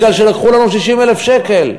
כי לקחו לנו 60,000 שקל.